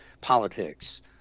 politics